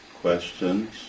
questions